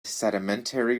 sedimentary